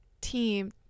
team